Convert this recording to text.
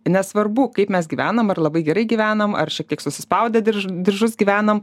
nesvarbu kaip mes gyvenam ar labai gerai gyvenam ar šiek tiek susispaudę dirž diržus gyvenam